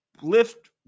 Lift